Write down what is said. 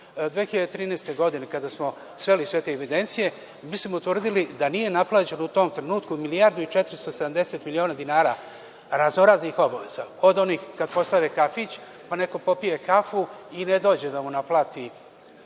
2013, kada smo sveli sve te evidencije, mi smo utvrdili da nije naplaćeno u tom trenutku milijardu i 470 miliona dinara raznoraznih obaveza. Od onih kada postave kafić i neko popije kafu i ne dođe da mu naplati